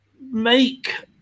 make –